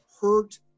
hurt